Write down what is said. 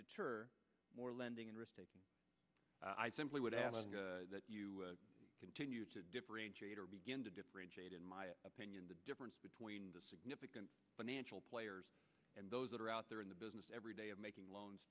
deter more lending and i simply would ask that you continue to differentiate or begin to differentiate in my opinion the difference between the significant financial players and those that are out there in the business everyday of making loans